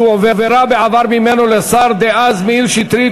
שהועברה בעבר ממנו לשר דאז מאיר שטרית,